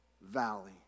valley